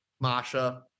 Masha